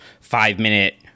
five-minute